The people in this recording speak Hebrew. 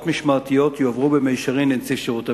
משמעתיות יועברו במישרין לנציב שירות המדינה.